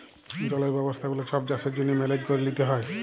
জলের ব্যবস্থা গুলা ছব চাষের জ্যনহে মেলেজ ক্যরে লিতে হ্যয়